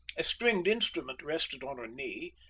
a stringed instrument rested on her knee,